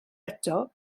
eto